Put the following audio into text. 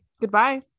goodbye